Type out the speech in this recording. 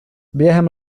během